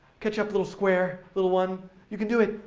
catch up little square, little one! you can do it,